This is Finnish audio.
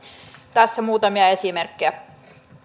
tässä muutamia esimerkkejä